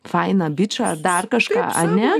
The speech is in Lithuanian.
fainą bičą dar kažką ane